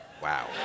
Wow